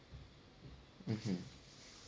mmhmm